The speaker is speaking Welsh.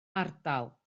ardal